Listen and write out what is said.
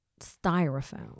styrofoam